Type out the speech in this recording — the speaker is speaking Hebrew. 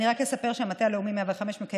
אני רק אספר שהמטה הלאומי 105 מקיים